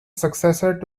successor